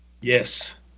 Yes